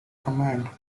command